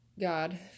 God